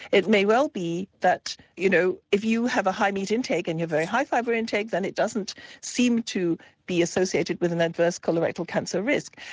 it may well be that you know if you have a high meat intake and a very high fibre intake then it doesn't seem to be associated with an adverse colorectal cancer risk.